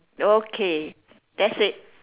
okay that's it